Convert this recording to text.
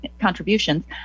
contributions